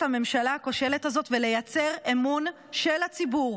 הממשלה הכושלת הזאת ולייצר אמון של הציבור,